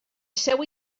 seu